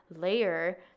layer